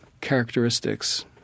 characteristics